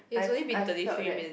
it has only been thirty three minutes